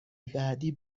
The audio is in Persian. بعدی